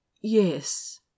Yes